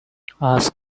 ask